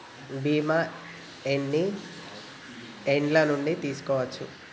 బీమా ఎన్ని ఏండ్ల నుండి తీసుకోవచ్చు?